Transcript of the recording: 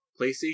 playstation